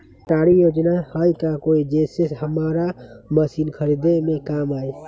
सरकारी योजना हई का कोइ जे से हमरा मशीन खरीदे में काम आई?